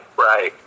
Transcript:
Right